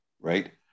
right